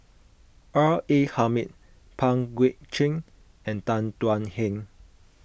R A Hamid Pang Guek Cheng and Tan Thuan Heng